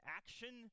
action